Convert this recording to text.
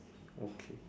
okay